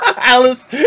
Alice